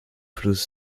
fluss